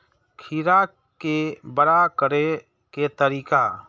खीरा के बड़ा करे के तरीका?